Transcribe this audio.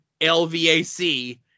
LVAC